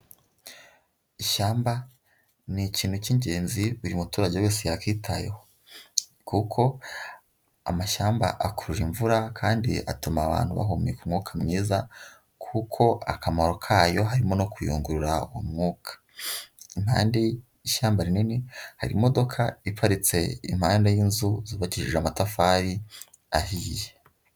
Ishyamba ni ikintu cyingenzi buri muturage wese yakitayeho kuko amashyamba akurura imvura kandi atuma abantu bahumeka umwuka mwiza kuko akamaro kayo harimo no kuyungurura umwuka, impande y'ishyamba rinini hari imodoka iparitse impande y'inzu zubakishije amatafari ahiye.